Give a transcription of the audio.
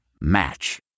Match